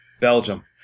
Belgium